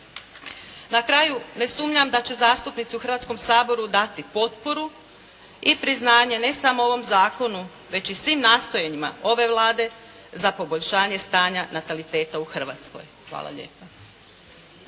Na kraju, ne sumnjam da će zastupnici u Hrvatskom saboru dati potporu i priznanje ne samo ovom zakonu već i svim nastojanjima ove Vlade za poboljšanje stanja nataliteta u Hrvatskoj. Hvala lijepa.